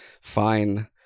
fine